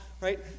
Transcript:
Right